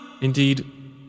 Indeed